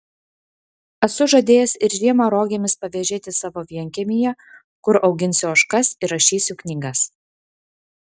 esu žadėjęs ir žiemą rogėmis pavėžėti savo vienkiemyje kur auginsiu ožkas ir rašysiu knygas